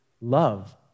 love